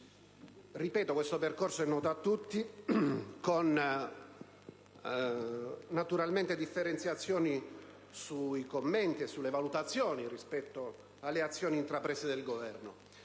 europeo. Questo percorso è noto a tutti, naturalmente con differenzazioni sui commenti e sulle valutazioni rispetto alle azioni intraprese dal Governo.